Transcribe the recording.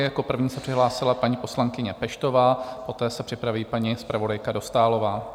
Jako první se přihlásila paní poslankyně Peštová, poté se připraví paní zpravodajka Dostálová.